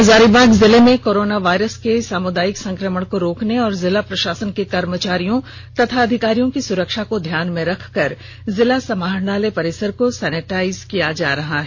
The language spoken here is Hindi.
हजारीबाग जिले में कोरोना वायरस के सामुदायिक संक्रमण को रोकने और जिला प्रशासन के कर्मचारियों तथा अधिकारियों की सुरक्षा को ध्यान में रखकर जिला समाहरणालय परिसर को सेनिटाइजेशन कराया जा रहा है